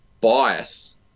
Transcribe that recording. bias